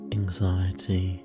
anxiety